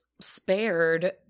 spared